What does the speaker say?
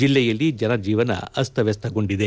ಜಿಲ್ಲೆಯಲ್ಲಿ ಜನಜೀವನ ಅಸ್ತವ್ಯಸ್ತಗೊಂಡಿದೆ